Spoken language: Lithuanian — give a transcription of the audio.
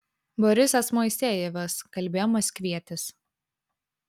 borisas moisejevas kalbėjo maskvietis